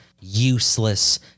useless